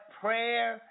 prayer